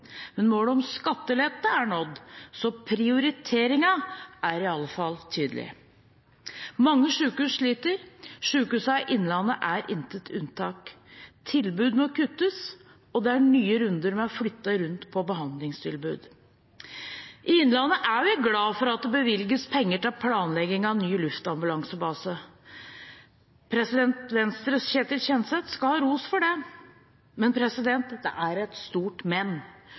Men målet om skattelette er nådd, så prioriteringen er i alle fall tydelig. Mange sykehus sliter. Sykehuset Innlandet er intet unntak. Tilbud må kuttes, og det er nye runder med å flytte rundt på behandlingstilbud. I innlandet er vi glad for at det bevilges penger til planlegging av ny luftambulansebase. Venstres Ketil Kjenseth skal ha ros for det, men det er et stort